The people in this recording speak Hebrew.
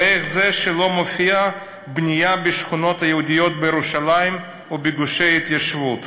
ואיך זה שלא מופיעה בנייה בשכונות היהודיות בירושלים ובגושי ההתיישבות?